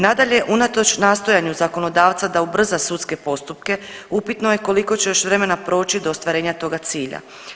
Nadalje, unatoč nastojanju zakonodavca da ubrza sudske postupke, upitno je koliko će još vremena proći do ostvarenja toga cilja.